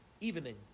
Evening